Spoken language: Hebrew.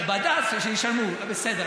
בדת שישלמו, בסדר.